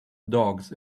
dogs